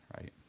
right